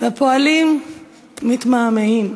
והפועלים מתמהמהים.